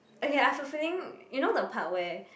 okay I have a feeling you know the part where